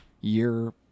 year